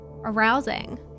arousing